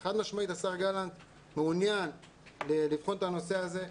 חד משמעית, השר גלנט מעוניין לבחון את הנושא הזה.